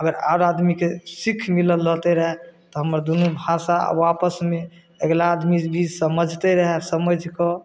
अगर आओर आदमीके सीख मिलल रहतै रहै तऽ हमर दुनू भाषा आपसमे अगला आदमी भी समझतै रहै समझिकऽ